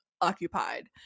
occupied